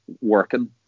working